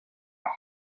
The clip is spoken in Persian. هارپ